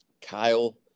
Kyle